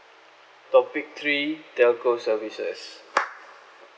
topic three telco services